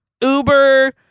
Uber